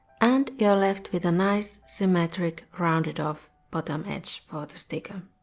and you're left with a nice, symmetric rounded off bottom edge for the sticker.